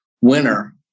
winner